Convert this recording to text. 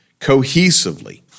cohesively